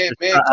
man